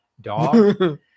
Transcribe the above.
dog